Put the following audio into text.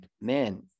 man